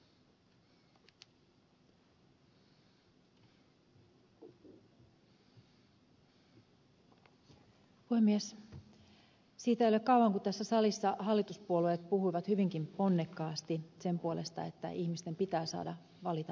siitä ei ole kauan kun tässä salissa hallituspuolueet puhuivat hyvinkin ponnekkaasti sen puolesta että ihmisten pitää saada valita vapaasti